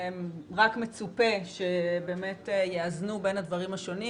זה רק מצופה שבאמת יאזנו בין הדברים השונים.